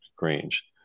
range